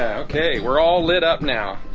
okay, we're all lit up now!